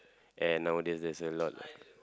and nowadays there's a lot